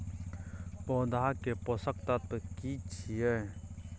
पौधा के पोषक तत्व की छिये?